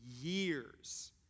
years